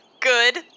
Good